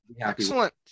Excellent